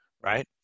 right